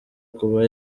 kuba